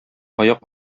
аяк